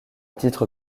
titre